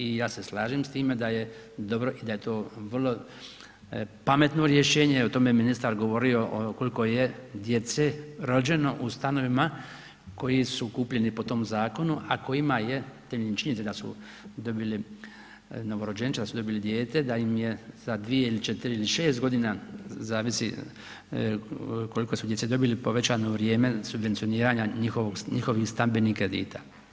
I ja se slažem s time da je dobro i da je to vrlo pametno rješenje, o tome je ministar govori koliko je djece rođeno u stanovima koji su kupljeni po tom zakonu a kojima je temeljem činjenice da su dobili novorođenčad, da su dobili dijete da im je za 2, 4 ili 6 godina zavisi koliko su djece dobili povećano vrijeme subvencioniranja njihovih stambenih kredita.